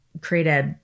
create